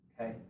Okay